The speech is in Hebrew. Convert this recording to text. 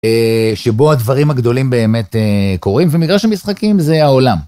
שבו הדברים הגדולים באמת קורים, ומגרש המשחקים זה העולם.